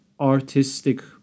artistic